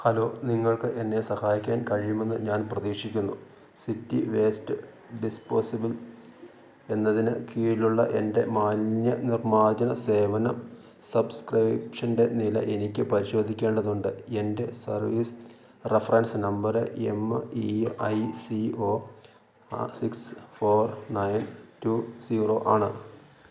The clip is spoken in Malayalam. ഹലോ നിങ്ങൾക്ക് എന്നെ സഹായിക്കാൻ കഴിയുമെന്ന് ഞാൻ പ്രതീക്ഷിക്കുന്നു സിറ്റി വേസ്റ്റ് ഡിസ്പോസിബിൾ എന്നതിനു കീഴിലുള്ള എൻ്റെ മാലിന്യനിർമാര്ജന സേവന സബ്സ്ക്രിപ്ഷന്റെ നില എനിക്കു പരിശോധിക്കേണ്ടതുണ്ട് എൻ്റെ service reference number M E I C O six four nine two zero ആണ്